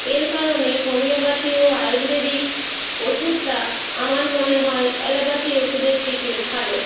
এর কারণে হোমিওপাথি ও আয়ুর্বেদিক ওষুধটা আমার মনে হয় অ্যালোপাথি ওষুধের থেকে ভালো